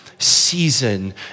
season